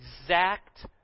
exact